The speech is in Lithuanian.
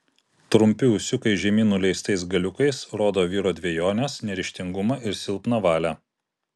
trumpi ūsiukai žemyn nuleistais galiukais rodo vyro dvejones neryžtingumą ir silpną valią